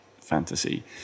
fantasy